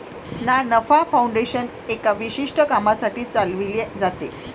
ना नफा फाउंडेशन एका विशिष्ट कामासाठी चालविले जाते